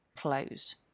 close